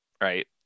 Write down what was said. right